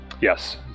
yes